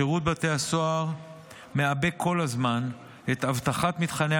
שירות בתי הסוהר מעבה כל הזמן את אבטחת מתחמי